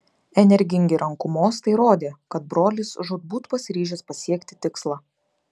energingi rankų mostai rodė kad brolis žūtbūt pasiryžęs pasiekti tikslą